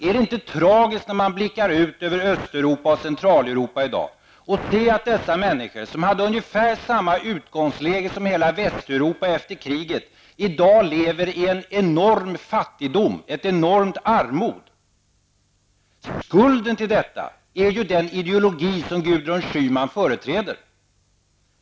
Är det inte tragiskt när man blickar ut över Centraleuropa och Östeuropa och ser att de människor som hade ungefär samma utgångsläge som hela Västeuropa efter kriget, i dag lever i en enorm fattigdom, ett enormt armod? Skulden till detta är ju den ideologi som Gudrun Schyman företräder.